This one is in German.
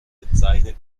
bezeichnet